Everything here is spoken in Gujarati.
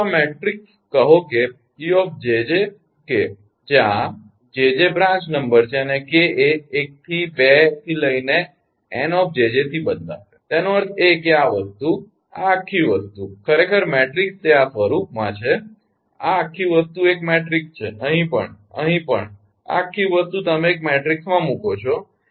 તમારો આ મેટ્રિક્સ કહો કે 𝑒𝑗𝑗 𝑘 જ્યાં 𝑗𝑗 બ્રાંચ નંબર છે અને 𝑘 એ 12 𝑁 𝑗𝑗 થી બદલાશે તેનો અર્થ એ કે આ વસ્તુ આ આખી વસ્તુ ખરેખર મેટ્રિક્સ તે આ સ્વરૂપમાં છે આ આખી વસ્તુ એક મેટ્રિક્સ છે અહીં પણ અહીં પણ આ આખી વસ્તુ તમે એક મેટ્રિક્સમાં મૂકો છો